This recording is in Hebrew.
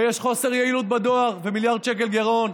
ויש חוסר יעילות בדואר ומיליארד שקל גירעון.